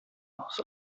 aus